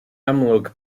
amlwg